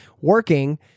working